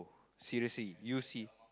seriously you see